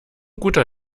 guter